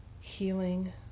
healing